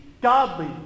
godly